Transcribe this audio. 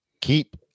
keep